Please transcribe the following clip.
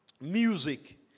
music